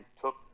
took